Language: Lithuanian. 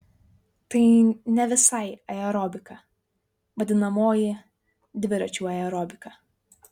tai ne visai aerobika vadinamoji dviračių aerobika